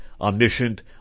omniscient